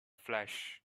flash